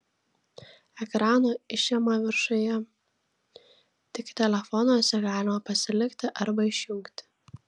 ekrano išėma viršuje tik telefonuose galima pasilikti arba išjungti